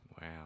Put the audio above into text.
Wow